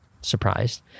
surprised